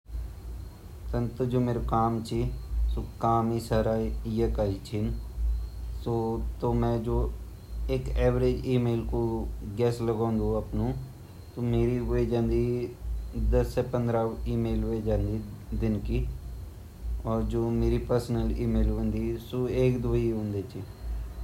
Man email ID ता बनाई ची इ-मेल आईडी ते मै सिर्फ अपना ऑफिसियल कामते यूज़ करदु वन मिते इथी ज़रूरत कखि नि पड़दी ई-मेलो काम कनोते, मि काती भेजन यु मेसे नि बताई जन किलेकी मेरु काम ए पूरु नि वोन।